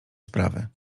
sprawy